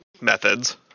methods